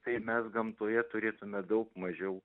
tai mes gamtoje turėtume daug mažiau